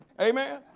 Amen